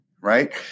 right